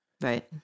Right